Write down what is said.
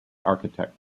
architect